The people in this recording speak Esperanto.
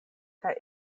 kaj